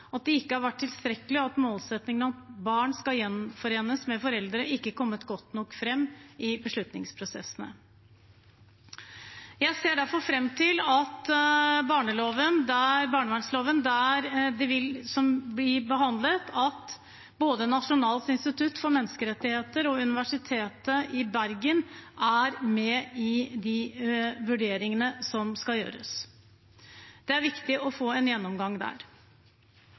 at de ikke har vært tilstrekkelige, og at målsettingen om at barnet skal gjenforenes med sine foreldre, ikke har kommet godt nok frem i beslutningsprosessene. Jeg ser derfor frem til at både Norges institusjon for menneskerettigheter og Universitetet i Bergen er med i forbindelse med de vurderingene som skal gjøres ved behandlingen av barnevernsloven. Det er viktig å få en gjennomgang der.